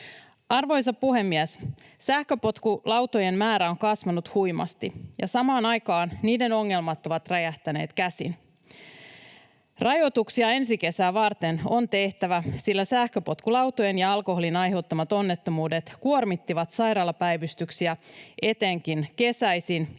Arvoisa puhemies! Sähköpotkulautojen määrä on kasvanut huimasti, ja samaan aikaan niiden ongelmat ovat räjähtäneet käsiin. Rajoituksia ensi kesää varten on tehtävä, sillä sähköpotkulautojen ja alkoholin aiheuttamat onnettomuudet kuormittivat sairaalapäivystyksiä etenkin kesäisin ja